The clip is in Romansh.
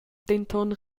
denton